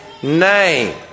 name